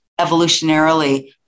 evolutionarily